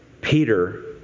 Peter